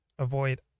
avoid